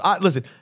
Listen